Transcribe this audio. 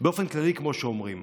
באופן כללי, כמו שאומרים.